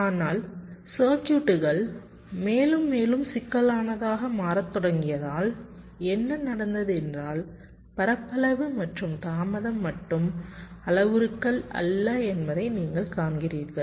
ஆனால் சர்க்யூட்டுகள் மேலும் மேலும் சிக்கலானதாக மாறத் தொடங்கியதால் என்ன நடந்தது என்றால் பரப்பளவு மற்றும் தாமதம் மட்டும் அளவுருக்கள் அல்ல என்பதை நீங்கள் காண்கிறீர்கள்